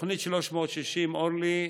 תוכנית 360, אורלי,